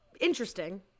interesting